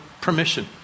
permission